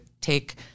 take